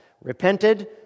repented